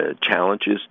challenges